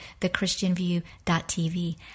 TheChristianView.tv